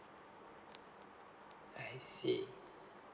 I see